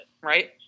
Right